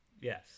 Yes